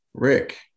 Rick